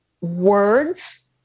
words